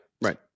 right